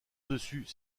dessus